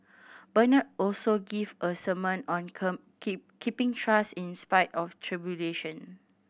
Bernard also gave a sermon on keep keeping trust in spite of tribulation